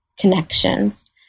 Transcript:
connections